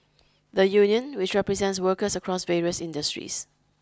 the union which represents workers across various industries